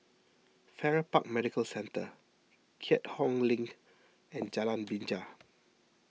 Farrer Park Medical Centre Keat Hong Link and Jalan Binja